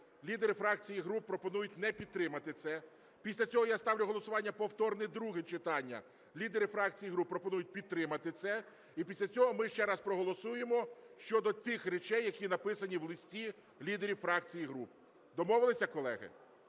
лідери фракцій і груп пропонують не підтримати це. Після цього я ставлю на голосування повторне друге читання, лідери фракцій і груп пропонують підтримати це. І після цього ми ще раз проголосуємо щодо тих речей, які написані в листі лідерів фракцій і груп. Домовились, колеги?